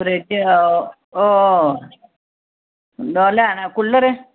fridge दा ओह् ओह् लेना ऐ कुलर